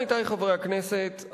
עמיתי חברי הכנסת,